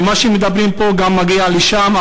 ומה שמדברים פה גם מגיע לשם.